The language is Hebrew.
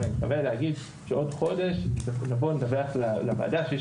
אבל מקווה שבעוד חודש נבוא ונדווח לוועדה שיש